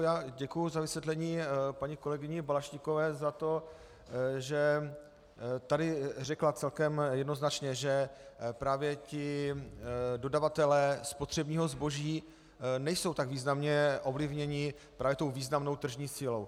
Já děkuji za vysvětlení paní kolegyni Balaštíkové, za to, že tady řekla celkem jednoznačně, že právě ti dodavatelé spotřebního zboží nejsou tak významně ovlivněni právě tou významnou tržní silou.